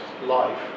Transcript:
life